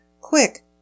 Quick